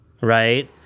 right